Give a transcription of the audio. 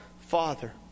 Father